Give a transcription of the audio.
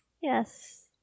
Yes